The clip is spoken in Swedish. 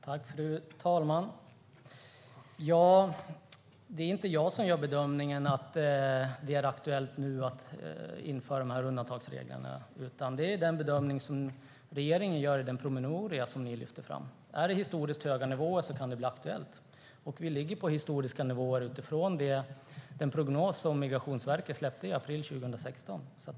Fru talman! Det är inte jag som gör bedömningen att det är aktuellt att införa dessa undantagsregler. Den bedömningen gör regeringen i sin promemoria: Om det är historiskt höga nivåer kan det bli aktuellt. Enligt den prognos som Migrationsverket släppte i april i år ligger vi på historiska nivåer.